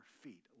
feet